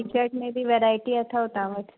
T shirt में बि variety अथव तव्हां वटि